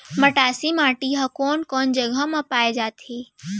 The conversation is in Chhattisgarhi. मटासी माटी हा कोन कोन जगह मा पाये जाथे?